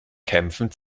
kämpfen